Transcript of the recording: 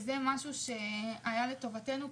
זה משהו שהיה לטובתנו,